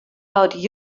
out